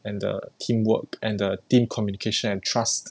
and the teamwork and the team communication and trust